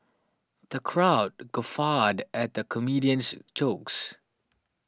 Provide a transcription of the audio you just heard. the crowd guffawed at the comedian's jokes